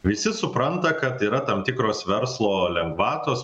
visi supranta kad yra tam tikros verslo lengvatos